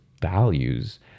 values